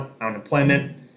unemployment